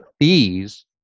fees